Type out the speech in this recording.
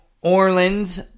Orleans